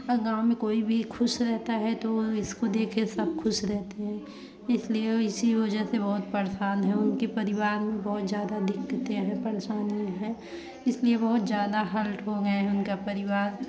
गाँव में कोई भी खुश रहता है तो इसको देखे सब खुश रहते हैं इसलिए इसी वजह से बहुत परेशान है उनकी परिवार बहुत ज़्यादा दिक्कते हैं परेशानियाँ है इसलिए बहुत ज़्यादा हर्ट हो गए हैं उनका परिवार